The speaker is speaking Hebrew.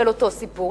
של אותו סיפור.